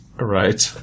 Right